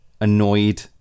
annoyed